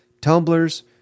tumblers